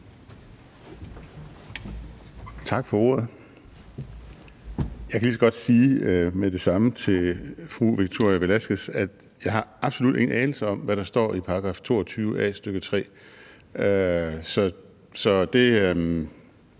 Tak for ordet. Jeg kan lige så godt sige med det samme til fru Victoria Velasquez, at jeg absolut ikke har nogen anelse om, hvad der står i § 22 a, stk. 3, så det